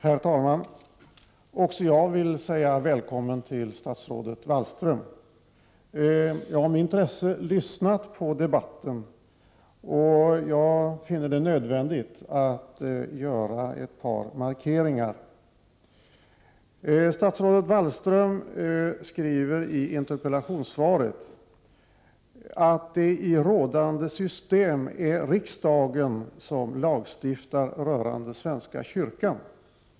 Herr talman! Också jag vill säga välkommen till statsrådet Wallström. Jag har med intresse lyssnat på debatten, och jag finner det nödvändigt att göra ett par markeringar. Statsrådet Wallström skriver i interpellationssvaret att ”det i rådande system är riksdagen som lagstiftar rörande svenska kyrkan”.